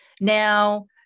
now